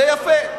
זה יפה.